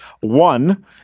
One